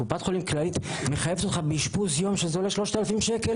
הקופה מחייבת אותך באשפוז יום שעולה 3,000 שקל